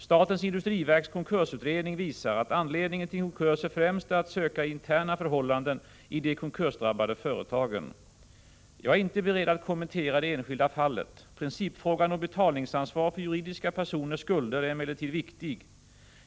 Statens industriverks konkursutredning visar att anledningen till konkurser främst är att söka i interna förhållanden i de konkursdrabbade företagen. Jag är inte beredd att kommentera det enskilda fallet. Principfrågan om betalningsansvar för juridiska personers skulder är emellertid viktig.